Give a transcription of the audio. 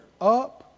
up